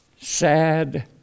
sad